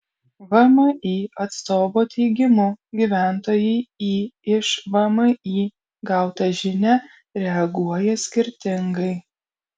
vmi atstovo teigimu gyventojai į iš vmi gautą žinią reaguoja skirtingai